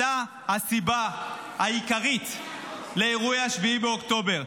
אתה הסיבה העיקרית לאירועי 7 באוקטובר,